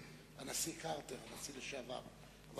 הנשיא לשעבר קרטר,